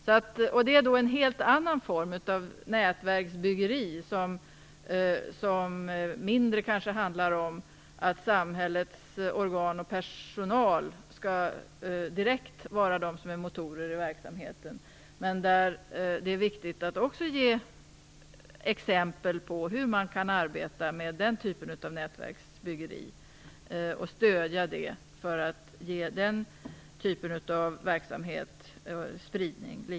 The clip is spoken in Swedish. Detta är en helt annan form av nätverksbyggeri där det kanske mindre handlar om att samhällets organ och personal skall vara motorn i verksamheten. Det är också viktigt att ge exempel på hur man kan arbeta med och stödja denna typ av nätverksbyggeri för att ge den spridning.